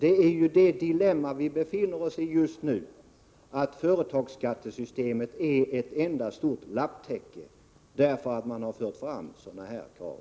Det är det dilemma vi befinner oss i just nu, att företagsskattesystemet är ett enda stort lapptäcke därför att sådana här krav har förts fram.